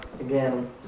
again